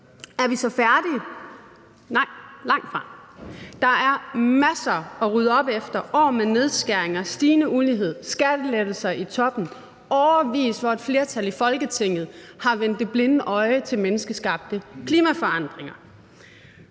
Er vi så færdige? Nej, langtfra. Der er masser at rydde op efter: år med nedskæringer, stigende ulighed, skattelettelser i toppen og et flertal i Folketinget, der i årevis, har vendt det blinde øje til menneskeskabte klimaforandringer.